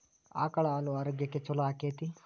ಆಕಳ ಹಾಲು ಆರೋಗ್ಯಕ್ಕೆ ಛಲೋ ಆಕ್ಕೆತಿ?